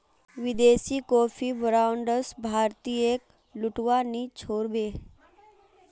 विदेशी coffee brands भारतीयेक लूटवा नी छोड़ बे